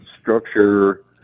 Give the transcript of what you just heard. structure